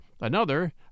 Another